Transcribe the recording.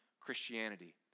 Christianity